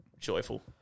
joyful